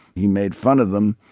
he made fun of them.